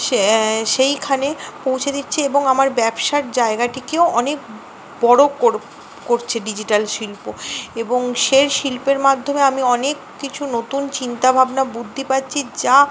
সে সেইখানে পৌঁছে দিচ্ছে এবং আমার ব্যবসার জায়গাটিকেও অনেক বড়ো করছে ডিজিটাল শিল্প এবং সে শিল্পের মাধ্যমে আমি অনেক কিছু নতুন চিন্তা ভাবনা বুদ্ধি পাচ্ছি যা